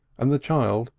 and the child,